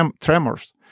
tremors